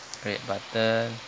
red button